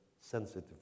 sensitive